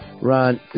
Ron